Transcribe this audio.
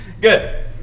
Good